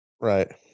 right